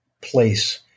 place